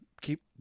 keep